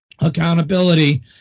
Accountability